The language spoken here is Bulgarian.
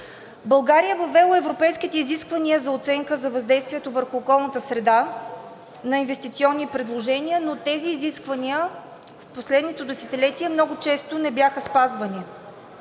България е въвела европейските изисквания за оценка за въздействието върху околната среда на инвестиционни предложения, но тези изисквания в последното десетилетие много често не бяха спазвани